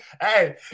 Hey